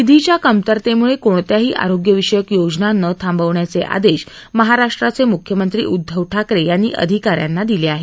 निधीच्या कमतरेमुळे कोणत्याही आरोग्यविषयक योजना न थांबवण्याचे आदेश महाराष्ट्राचे मुख्यमंत्री उद्दव ठाकरे यांनी अधिकाऱ्यांना दिले आहेत